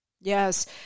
yes